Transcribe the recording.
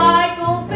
Michael